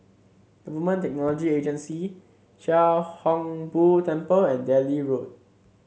Government Technology Agency Chia Hung Boo Temple and Delhi Road